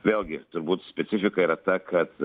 vėlgi turbūt specifika yra ta kad